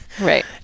right